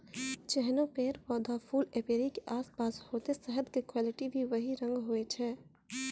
जैहनो पेड़, पौधा, फूल एपीयरी के आसपास होतै शहद के क्वालिटी भी वही रंग होय छै